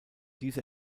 dieser